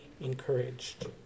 encouraged